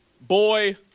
boy